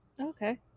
Okay